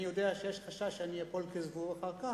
יודע שיש חשש שאני אפול כזבוב אחר כך,